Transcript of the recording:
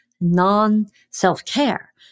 non-self-care